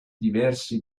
diversi